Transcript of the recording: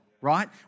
Right